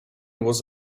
was